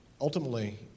ultimately